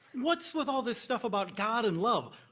what's with all these stuff about god and love?